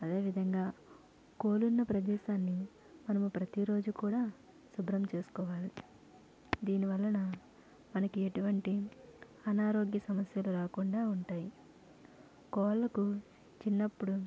అదే విధంగా కోడి ఉన్న ప్రదేశాన్ని మనం ప్రతీ రోజూ కూడా శుభ్రం చేస్కోవాలి దీని వల్లన మనకి ఎటువంటి అనారోగ్య సమస్యలు రాకుండా ఉంటాయి కోళ్ళకు చిన్నప్పుడు